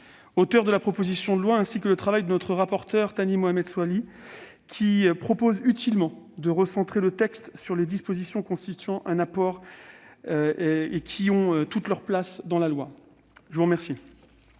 auteur de la proposition de loi, ainsi que celui de notre rapporteur, Thani Mohamed Soilihi, qui propose utilement de recentrer le texte sur les dispositions constituant un apport et ayant toute leur place dans une loi. La parole